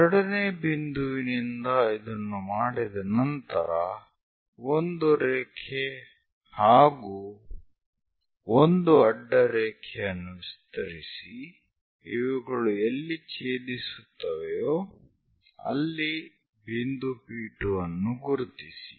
ಎರಡನೇ ಬಿಂದುವಿನಿಂದ ಇದನ್ನು ಮಾಡಿದ ನಂತರ ಒಂದು ರೇಖೆ ಹಾಗೂ ಒಂದು ಅಡ್ಡರೇಖೆಯನ್ನು ವಿಸ್ತರಿಸಿ ಇವುಗಳು ಎಲ್ಲಿ ಛೇದಿಸುತ್ತವೆಯೋ ಅಲ್ಲಿ ಬಿಂದು P2 ಅನ್ನು ಗುರುತಿಸಿ